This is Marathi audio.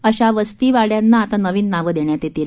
अशा वस्ती वाड्यांना आता नवीन नावे देण्यात येतील